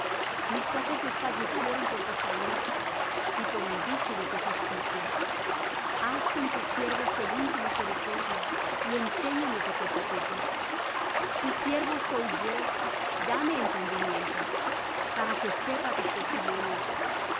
mis ojos desfallecieron por tu salud y por el dicho de tu justicia haz con tu siervo según tu misericordia y enséñame tus estatutos tu siervo soy yo dame entendimiento para que sepa tus testimonios